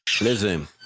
Listen